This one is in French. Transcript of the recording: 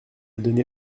donné